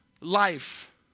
life